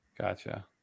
Gotcha